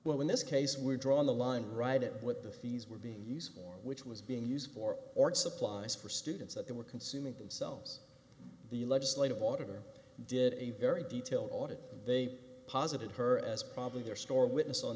well in this case we're drawn the line right at what the fees were being used for which was being used for supplies for students that they were consuming themselves the legislative auditor did a very detailed audit they posited her as probably their store witness on